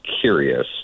curious